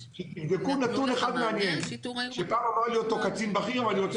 תבדקו נתון אחד מעניין שפעם אמר לי קצין בכיר ואני מבקש